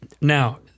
now